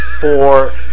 four